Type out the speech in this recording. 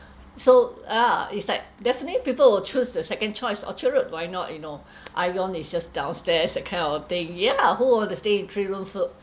so ya it's like definitely people will choose the second choice orchard road why not you know ion is just downstairs that kind of thing yeah who will want to stay in three room fl~